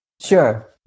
Sure